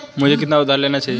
मुझे कितना उधार लेना चाहिए?